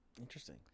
Interesting